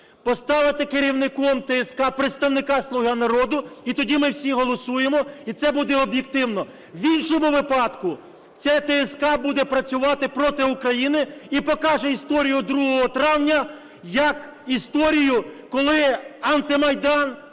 поставити керівником ТСК представника "Слуга народу", і тоді ми всі голосуємо, і це буде об'єктивно. В іншому випадку ця ТСК буде працювати проти України і покаже історію 2 травня як історію, коли антимайдан